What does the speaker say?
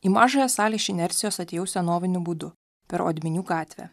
į mažąją salę iš inercijos atėjau senoviniu būdu per odminių gatvę